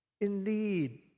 indeed